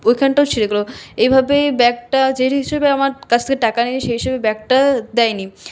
ওইখানটাও ছিঁড়ে গেল এইভাবে ব্যাগটা যেই হিসেবে আমার কাছ থেকে টাকা নিয়েছে সেই হিসেবে ব্যাগটা দেয়নি